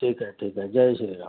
ठीक आहे ठीक आहे जय श्रीराम